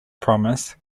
promise